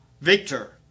victor